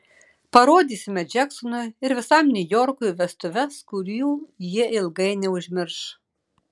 parodysime džeksonui ir visam niujorkui vestuves kurių jie ilgai neužmirš